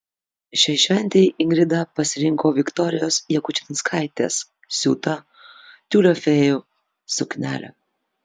šiai šventei ingrida pasirinko viktorijos jakučinskaitės siūtą tiulio fėjų suknelę